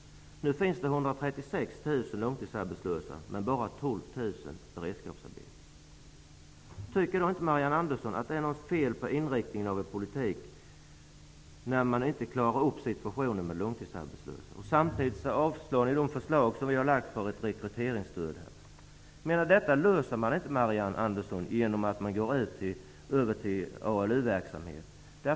Nu finns det 136 000 långtidsarbetslösa, men bara 12 000 beredskapsarbeten. Tycker inte Marianne Andersson att det är något fel på inriktningen av en politik när man inte klarar situationen med de långtidsarbetslösa? Samtidigt avstyrker ni de förslag som vi har lagt fram om ett rekryteringsstöd. Detta löser man inte, Marianne Andersson, genom att man går över till ALU-verksamhet.